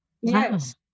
Yes